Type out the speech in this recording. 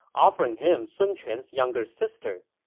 offering him sun quan's younger sister.